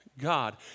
God